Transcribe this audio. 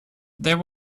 there